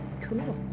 Cool